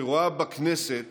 שרואה בכנסת